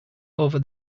over